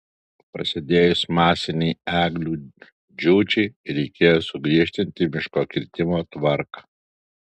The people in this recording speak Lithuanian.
prasidėjus masinei eglių džiūčiai reikėjo sugriežtinti miško kirtimo tvarką